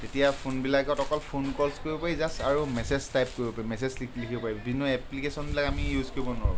তেতিয়া ফোনবিলাকত অকল ফোন কলচ কৰিব পাৰি আৰু জাচ মেছেজ টাইপ কৰিব পাৰি মেছেজ লিখিব পাৰি বিভিন্ন এপ্লিকেশ্যনবিলাক আমি ইউজ কৰিব নোৱাৰোঁ